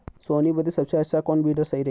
सोहनी बदे सबसे अच्छा कौन वीडर सही रही?